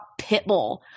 pitbull